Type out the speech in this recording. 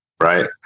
Right